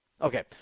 Okay